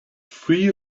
free